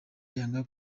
yanga